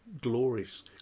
glorious